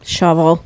Shovel